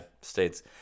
states